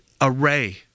array